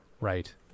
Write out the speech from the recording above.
Right